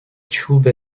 چوب